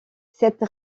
cette